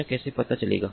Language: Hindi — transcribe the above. यह कैसे पता चलेगा